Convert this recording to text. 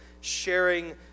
sharing